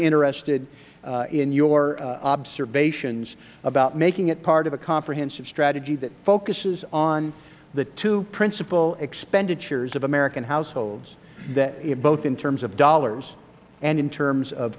interested in is your observations about making it part of a comprehensive strategy that focuses on the two principal expenditures of american households both in terms of dollars and in terms of